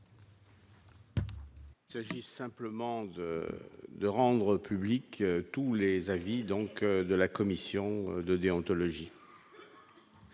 Il s'agit simplement de de rendre publics tous les avis, donc de la commission de déontologie.